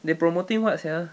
they promoting what sia